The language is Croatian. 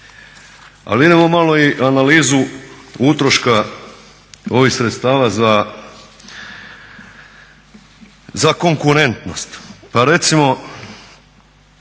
Ali idemo malo i u analizu utroška ovih sredstava za konkurentnost. Pa recimo